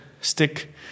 stick